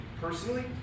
personally